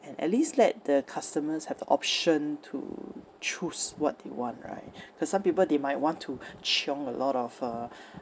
and at least let the customers have the option to choose what they want right cause some people they might want to chiong a lot of uh